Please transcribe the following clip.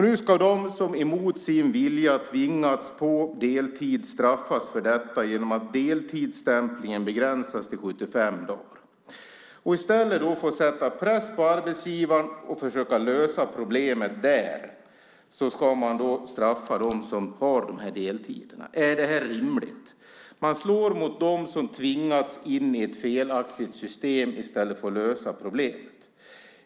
Nu ska de som mot sin vilja tvingats på deltid straffas för detta genom att deltidsstämplingen begränsas till 75 dagar. I stället för att sätta press på arbetsgivaren och försöka lösa problemet där ska man straffa dem som har de här deltiderna. Är det här rimligt? Man slår mot dem som tvingats in i ett felaktigt system i stället för att lösa problemet.